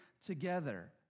together